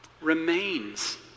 remains